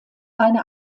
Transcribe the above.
eine